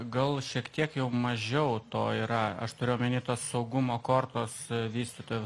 gal šiek tiek mažiau to yra aš turiu omeny tos saugumo kortos vystytojų